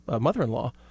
mother-in-law